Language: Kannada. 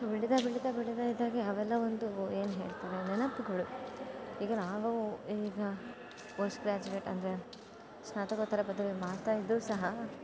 ಬೆಳೀತಾ ಬೆಳೀತಾ ಬೆಳೀತಾ ಇದ್ದ ಹಾಗೆ ಅವೆಲ್ಲ ಒಂದು ಏನು ಹೇಳ್ತಾರೆ ನೆನಪುಗಳು ಈಗ ನಾವು ಈಗ ಪೋಸ್ಟ್ ಗ್ರಾಜ್ಯುವೇಟ್ ಅಂದರೆ ಸ್ನಾತಕೋತ್ತರ ಪದವಿ ಮಾಡ್ತಾ ಇದ್ರೂ ಸಹ